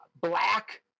black